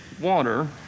water